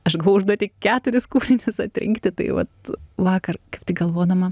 aš gavau užduotį keturis kūrinius atrinkti tai vat vakar galvodama